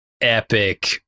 epic